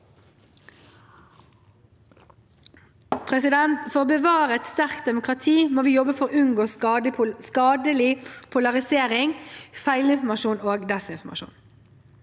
medier. For å bevare et sterkt demokrati må vi jobbe for å unngå skadelig polarisering, feilinformasjon og desinformasjon.